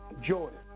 Jordan